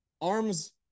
arms